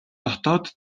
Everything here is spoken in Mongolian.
дотоод